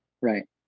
Right